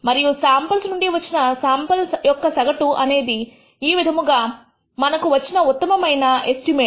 మరియు శాంపుల్ నుండి వచ్చిన శాంపుల్ యొక్క సగటు అనేది ఒక విధముగా మనకు వచ్చిన ఉత్తమమైన ఎస్టిమేట్